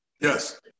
Yes